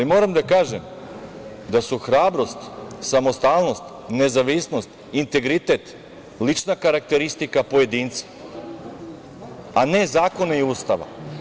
Moram da kažem, da su hrabrost, samostalnost, nezavisnost, integritet lična karakteristika pojedinca, a ne zakona i Ustava.